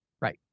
Right